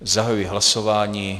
Zahajuji hlasování.